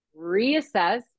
reassess